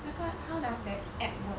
那个 how does that app work